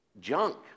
junk